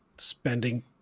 spending